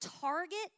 target